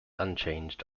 unchanged